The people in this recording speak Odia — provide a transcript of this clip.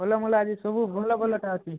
ଫଳମୂଳ ଆଜି ସବୁ ଭଲ ଭଲଟା ଅଛି